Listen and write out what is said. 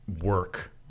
work